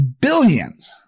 billions